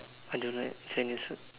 I don't eat Chinese food